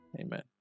Amen